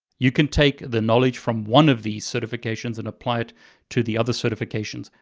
you can take the knowledge from one of these certifications and apply it to the other certifications,